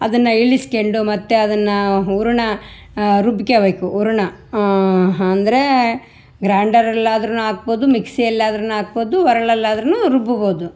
ಅದನ್ನು ಇಳಿಸ್ಕೊಂಡು ಮತ್ತು ಅದನ್ನು ಹೂರ್ಣ ರುಬ್ಕೋಬೇಕು ಹೂರ್ಣ ಅಂದರೆ ಗ್ರ್ಯಾಂಡರ್ ಅಲ್ಲಾದ್ರು ಹಾಕ್ಬೋದು ಮಿಕ್ಸಿಯಲ್ಲಿ ಆದ್ರು ಹಾಕ್ಬೌದು ಒರ್ಳಲ್ಲಿ ಆದ್ರು ರುಬ್ಬುಬೌದು